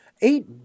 Eight